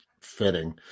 fitting